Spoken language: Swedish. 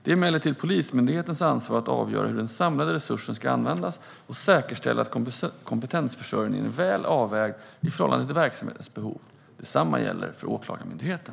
Det är emellertid Polismyndighetens ansvar att avgöra hur de samlade resurserna ska användas och att säkerställa att kompetensförsörjningen är väl avvägd i förhållande till verksamhetens behov. Detsamma gäller för Åklagarmyndigheten.